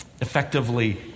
Effectively